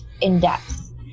in-depth